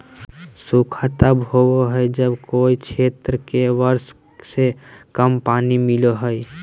सूखा तब होबो हइ जब कोय क्षेत्र के वर्षा से कम पानी मिलो हइ